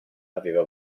aveva